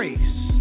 grace